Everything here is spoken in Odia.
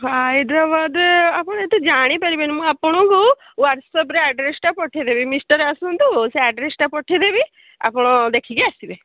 ହାଇଦ୍ରାବାଦ ଆପଣ ଏତେ ଜାଣିପାରିବେନି ମୁଁ ଆପଣଙ୍କୁ ହ୍ୱାଟ୍ସଆପ୍ରେ ଆଡ୍ରେସ୍ଟା ପଠେଇଦେବି ମିଷ୍ଟର୍ ଆସନ୍ତୁ ସେ ଆଡ୍ରେସ୍ଟା ପଠେଇଦେବି ଆପଣ ଦେଖିକି ଆସିବେ